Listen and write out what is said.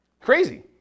Crazy